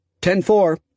Ten-four